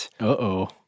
Uh-oh